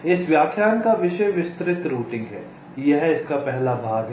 इस व्याख्यान का विषय विस्तृत रूटिंग है यह इसका पहला भाग है